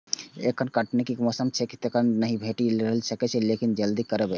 एखन कटनी के मौसम छैक, तें जन नहि भेटि रहल छैक, लेकिन जल्दिए करबै